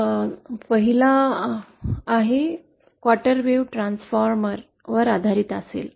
हा पहिला quarter wave ट्रान्सफॉर्मरवर आधारित असेल